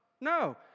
No